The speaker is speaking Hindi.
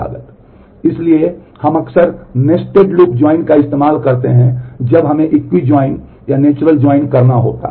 इसलिए हम अक्सर नेस्टेड लूप जॉइन करना होता है